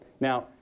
Now